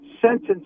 sentences